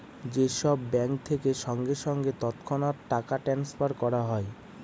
যে সব ব্যাঙ্ক থেকে সঙ্গে সঙ্গে তৎক্ষণাৎ টাকা ট্রাস্নফার করা হয়